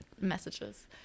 messages